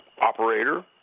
operator